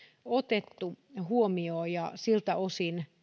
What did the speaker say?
otettu huomioon ja siltä osin